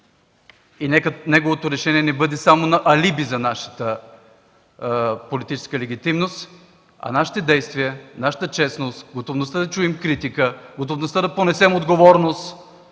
неговото решение не бъде само алиби за нашата политическа легитимност, а нашите действия, нашата честност, готовността да чуем критика, готовността да понесем отговорност,